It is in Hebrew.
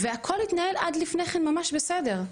והכול התנהל עד לפני כן ממש בסדר.